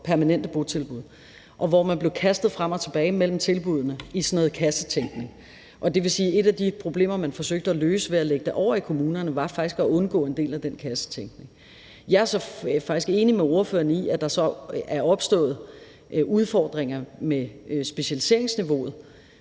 permanente botilbud, hvor man blev kastet frem og tilbage mellem tilbuddene i sådan noget kassetænkning. Det vil sige, at et af de problemer, man forsøgte at løse ved at lægge det over i kommunerne, var faktisk at undgå en del af den kassetænkning. Jeg er så faktisk enig med ordføreren i, at der så er opstået udfordringer med specialiseringsniveauet,